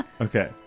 Okay